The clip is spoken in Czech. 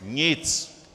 Nic.